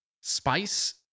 spice